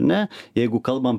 ne jeigu kalbam